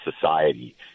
society